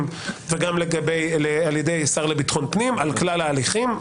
וגם על ידי השר לביטחון פנים על כלל ההליכים.